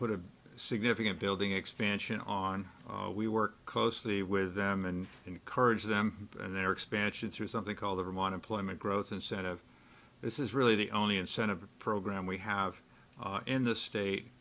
put a significant building expansion on we work closely with them and encourage them and their expansion through something called the rim on employment growth incentive this is really the only incentive program we have in this state